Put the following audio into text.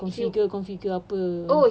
configure configure apa